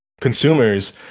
consumers